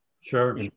sure